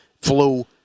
flu